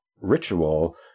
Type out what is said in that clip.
ritual